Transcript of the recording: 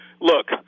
Look